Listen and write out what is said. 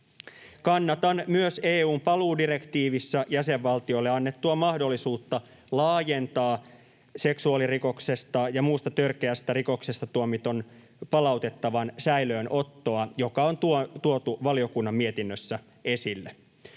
Kannatan myös EU:n paluudirektiivissä jäsenvaltioille annettua mahdollisuutta laajentaa seksuaalirikoksesta ja muusta törkeästä rikoksesta tuomitun palautettavan säilöönottoa, joka on tuotu valiokunnan mietinnössä esille.